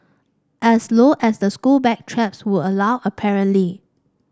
as low as the school bag straps would allow apparently